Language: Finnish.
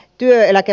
l työeläke